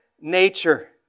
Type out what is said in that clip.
nature